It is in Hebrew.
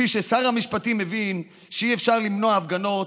כפי ששר המשפטים מבין שאי-אפשר למנוע הפגנות,